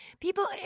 people